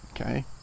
Okay